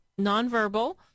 nonverbal